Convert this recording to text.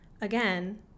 again